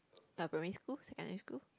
uh primary school secondary school